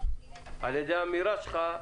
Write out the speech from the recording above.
שעל ידי האמירה שלך,